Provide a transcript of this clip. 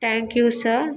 thank you sir